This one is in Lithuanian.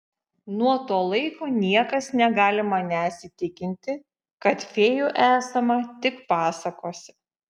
nuo to laiko niekas negali manęs įtikinti kad fėjų esama tik pasakose